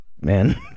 man